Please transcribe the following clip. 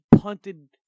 punted